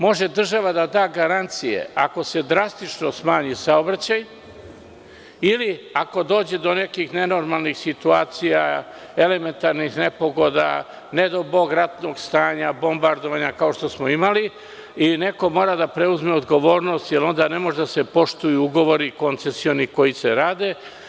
Može država da da garancije, ako se drastično smanji saobraćaj, ili ako dođe do nekih nenormalnih situacija, elementarnih nepogoda, ne daj Bože, ratnog stanja, bombardovanja, kao što smo imali, neko mora da preuzme odgovornost, jer onda ne mogu da se poštuju koncesioni ugovori.